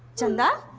chanda